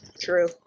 True